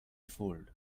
fooled